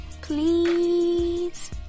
Please